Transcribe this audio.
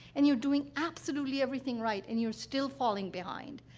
and you're doing absolutely everything right, and you're still falling behind.